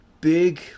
big